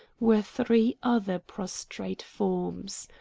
were three other prostrate forms.